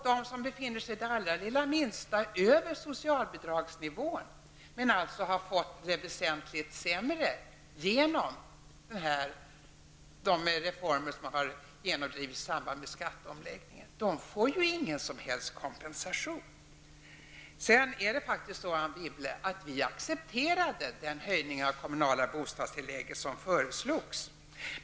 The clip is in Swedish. De som befinner sig det allra minsta över socialbidragsnivån men alltså har fått det väsentligt sämre genom de reformer som har genomdrivits i samband med skatteomläggningen får ju ingen som helst kompensation. Sedan är det faktiskt så, Anne Wibble, att vi accepterade den höjning av det kommunala bostadstillägget som föreslogs.